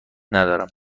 ندارم